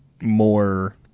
more